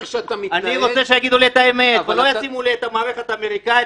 אני רוצה שיגידו לי את האמת ולא יביאו לי את המערכת האמריקאית